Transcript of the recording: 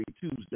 Tuesday